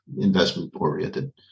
investment-oriented